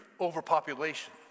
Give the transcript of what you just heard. overpopulation